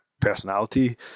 personality